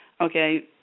okay